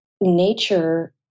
nature